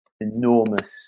enormous